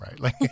right